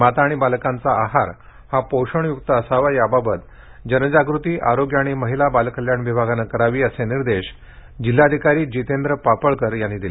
माता आणि बालकांचा आहार हा पोषणय्क्त असावा याबाबत जनजागृती आरोग्य आणि महिला बालकल्याण विभागाने करावी असे निर्देश जिल्हाधिकारी जितेंद्र पापळकर यांनी दिले